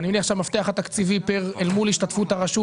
אני מניח שהמפתח התקציבי אל מול השתתפות הרשות